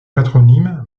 patronymes